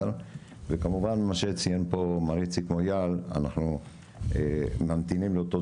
וכמובן מה שציין פה מר יצחק מויאל אנחנו ממתינים לאותו